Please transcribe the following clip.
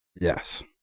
Yes